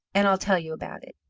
and i'll tell you about it.